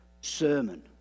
sermon